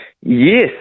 Yes